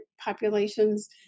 populations